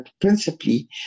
principally